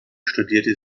studierte